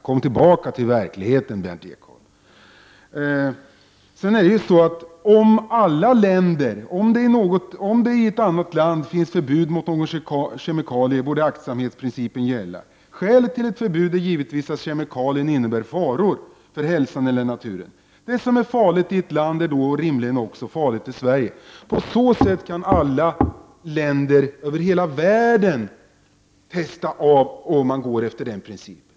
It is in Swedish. Kom tillbaka till verkligheten, Berndt Ekholm. Om det i något annat land finns ett förbud mot någon kemikalie, borde aktsamhetsprincipen gälla. Skälet till ett förbud är givetvis att kemikalien innebär faror för hälsan eller naturen. Det som är farligt i ett land är rimligen också farligt i Sverige. Alla länder över hela världen kan klara testningen, om man går efter den principen.